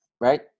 right